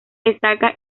destaca